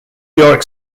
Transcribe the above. york